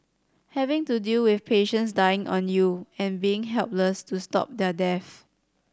have to deal with patients dying on you and being helpless to stop their deaths